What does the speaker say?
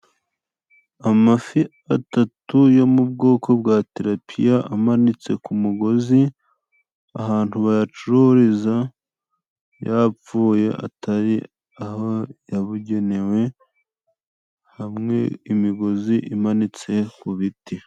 Amafi atatu yo mu ubwoko bwa Tirapiya amanitse ku umugozi ahantu bayacururiza yapfuye, atari aho yabugenewe hamwe imigozi imanitse ku ibiti.